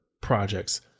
projects